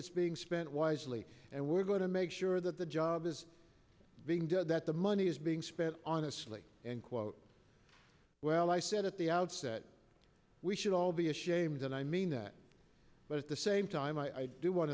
is being spent wisely and we're going to make sure that the job is being dead that the money is being spent on a slate and quote well i said at the outset we should all be ashamed and i mean that but at the same time i do want